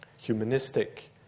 humanistic